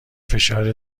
فشار